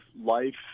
life